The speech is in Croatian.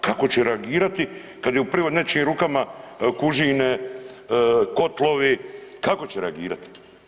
Kako će reagirati kad je u nečijim rukama kužine, kotlovi, kako će reagirati?